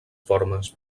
formes